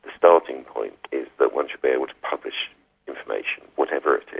starting point is that one should be able to publish information, whatever it is,